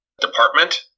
department